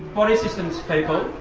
body systems